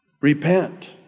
repent